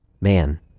man